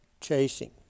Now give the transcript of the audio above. chasing